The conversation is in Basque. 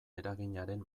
eraginaren